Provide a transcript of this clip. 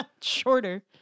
Shorter